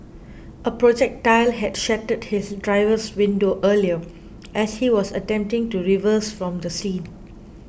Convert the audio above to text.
a projectile had shattered his driver's window earlier as he was attempting to reverse from the scene